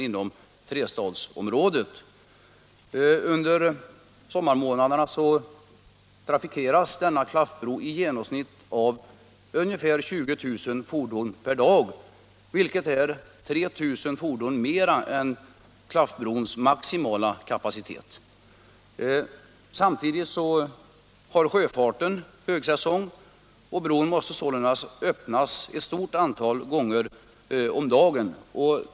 inom hela trestadsområdet. Under sommar månaderna trafikeras denna klaffbro av i genomsnitt ca 20 000 fordon per dag, vilket är 3 000 fordon mer än klaffbrons maximala kapacitet. Samtidigt har sjöfarten högsäsong, och bron måste sålunda öppnas ett stort antal gånger om dagen.